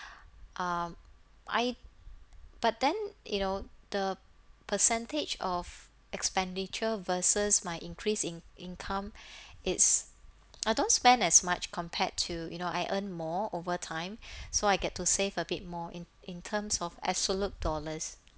um I but then you know the percentage of expenditure versus my increase in income it's I don't spend as much compared to you know I earn more over time so I get to save a bit more in in terms of absolute dollars